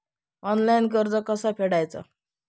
Online कर्ज कसा फेडायचा?